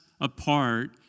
apart